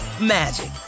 magic